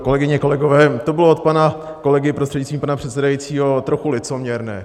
Kolegyně, kolegové, to bylo od pana kolegy, prostřednictvím pana předsedajícího, trochu licoměrné.